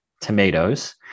tomatoes